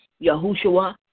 Yahushua